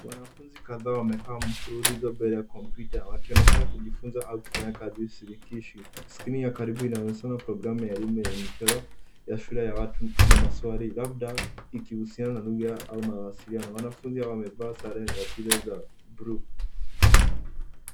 Wanafunzi kadhaa wamekaa mfululizo mbele ya kompyuta. Wakionekana kujifunza au kufanya kazi shirikishi. Skrini ya karibu inayosema programu ya elimu yenye michoro, ya shule ya watu na maswali labda ikihusiana na lugha au mawasiliano. Wanafunzi hao wamevaa sare ya shule za bluu.